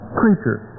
creature